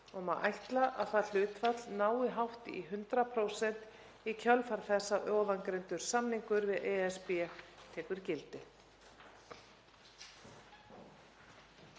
og má ætla að það hlutfall nái hátt í 100% í kjölfar þess að ofangreindur samningur við ESB tekur gildi.